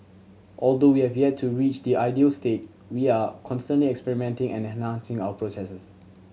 although we have yet to reach the ideal state we are consoling experimenting and enhancing our processes